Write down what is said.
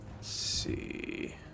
see